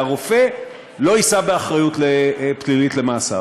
והרופא לא יישא באחריות פלילית למעשיו.